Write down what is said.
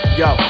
yo